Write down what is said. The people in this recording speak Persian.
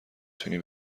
تونی